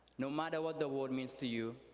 no matter what the word means to you,